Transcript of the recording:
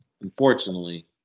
Unfortunately